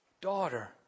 Daughter